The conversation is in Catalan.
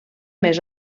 més